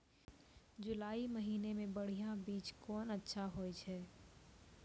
जुलाई महीने मे बढ़िया बीज कौन अच्छा होय छै?